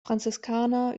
franziskaner